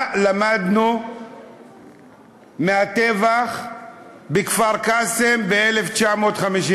מה למדנו מהטבח בכפר-קאסם ב-1956?